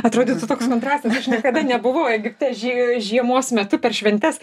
atrodytų toks kontrastas aš niekada nebuvau egipte žie žiemos metu per šventes